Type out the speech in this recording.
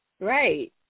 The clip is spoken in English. Right